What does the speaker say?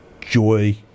joy